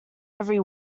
every